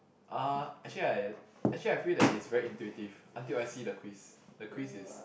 uh actually I actually I feel that is very intuitive until I see the quiz the quiz is